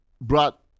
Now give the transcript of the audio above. brought